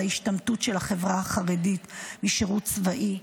ההשתמטות של החברה החרדית משירות צבאי,